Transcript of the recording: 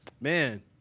man